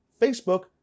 Facebook